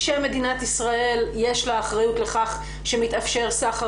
כשמדינת ישראל יש לה אחריות לכך שמתאפשר סחר